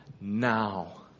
now